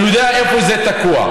אני יודע איפה זה תקוע,